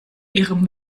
ihrem